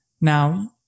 Now